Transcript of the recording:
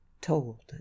told